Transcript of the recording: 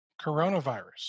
Coronavirus